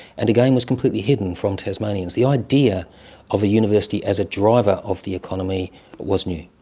and again, was completely hidden from tasmanians. the idea of a university as a driver of the economy was new.